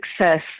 success